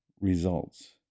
results